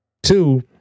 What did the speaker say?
Two